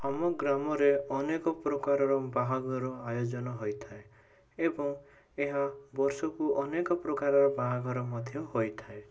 ଆମ ଗ୍ରାମରେ ଅନେକପ୍ରକାରର ବାହାଘର ଆୟୋଜନ ହୋଇଥାଏ ଏବଂ ଏହା ବର୍ଷକୁ ଅନେକପ୍ରକାର ବାହାଘର ମଧ୍ୟ ହୋଇଥାଏ